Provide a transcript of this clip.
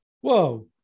Whoa